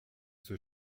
zur